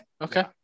okay